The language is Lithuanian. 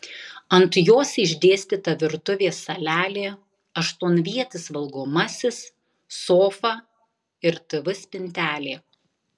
ant jos išdėstyta virtuvės salelė aštuonvietis valgomasis sofa ir tv spintelė